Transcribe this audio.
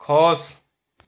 खोस